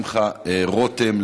שמחה רותם,